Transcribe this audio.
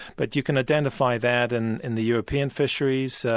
but you can identify that and in the european fisheries,